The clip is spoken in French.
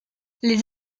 les